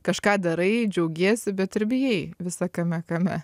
kažką darai džiaugiesi bet ir bijai visa kame kame